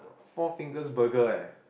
Four-Fingers Burger eh